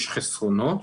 יש חסרונות,